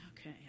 okay